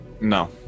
No